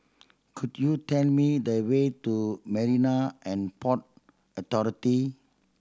could you tell me the way to Marine And Port Authority